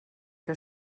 que